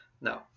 no